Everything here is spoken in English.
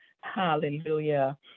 Hallelujah